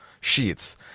sheets